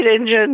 engine